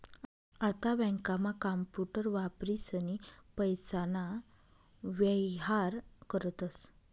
आता बँकांमा कांपूटर वापरीसनी पैसाना व्येहार करतस